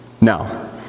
Now